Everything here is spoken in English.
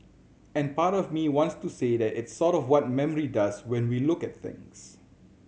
and part of me wants to say that it's sort of what memory does when we look at things